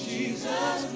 Jesus